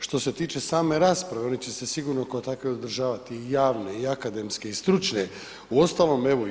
Što se tiče same rasprave oni će se sigurno kao takve održavati i javne i akademske i stručne, uostalom evo